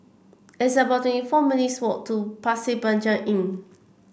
it's about twenty four minutes' walk to Pasir Panjang Inn